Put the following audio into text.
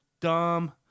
dumb